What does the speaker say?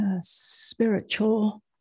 spiritual